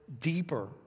deeper